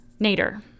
Nader